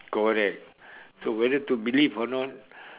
correct so whether to believe or not